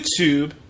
YouTube